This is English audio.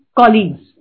colleagues